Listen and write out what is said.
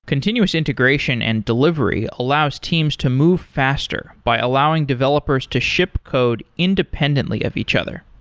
continuous integration and delivery allows teams to move faster by allowing developers to ship code independently of each other.